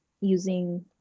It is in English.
using